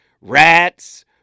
rats